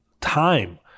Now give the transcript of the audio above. time